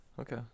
Okay